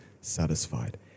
satisfied